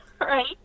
right